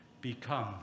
become